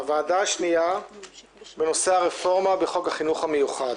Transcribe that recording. הוועדה השנייה בנושא הרפורמה בחוק החינוך המיוחד.